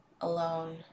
alone